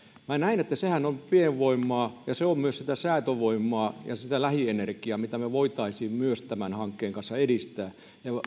siihen sehän on pienvoimaa ja minä näen että se on myös sitä säätövoimaa ja sitä lähienergiaa mitä me voisimme myös tämän hankkeen kanssa edistää